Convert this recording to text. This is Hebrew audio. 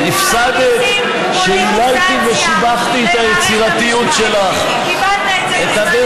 תופעת הזנות בישראל, ואני אומר את זה